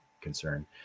concern